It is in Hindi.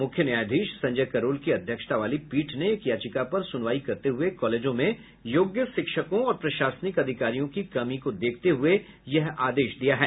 मुख्य न्यायाधीश संजय करोल की अध्यक्षता वाली पीठ ने एक याचिका पर सुनवाई करते हुये कॉलेजों में योग्य शिक्षकों और प्रशासनिक अधिकारियों की कमी को देखते हये यह आदेश दिया है